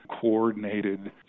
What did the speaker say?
coordinated